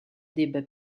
débats